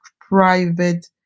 private